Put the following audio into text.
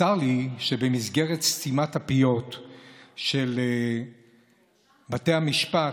צר לי שבמסגרת סתימת הפיות של בתי המשפט,